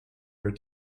her